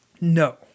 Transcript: No